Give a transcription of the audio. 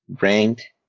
ranked